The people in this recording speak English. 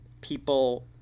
people